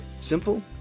simple